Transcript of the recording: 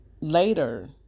later